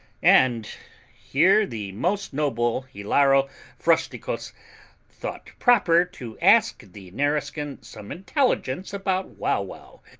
and here the most noble hilaro frosticos thought proper to ask the nareskin some intelligence about wauwau,